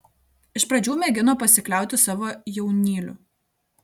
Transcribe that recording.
iš pradžių mėgino pasikliauti savo jaunyliu